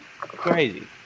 Crazy